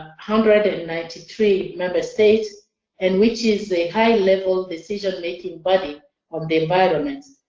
hundred and ninety three member states and which is a high-level decision-making body on the environment.